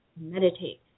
meditate